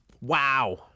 Wow